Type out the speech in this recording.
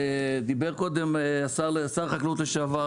דיבר קודם שר החקלאות לשעבר,